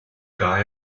guy